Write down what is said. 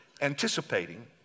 anticipating